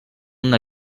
una